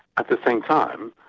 at the same time,